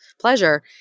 pleasure